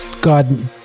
God